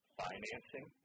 financing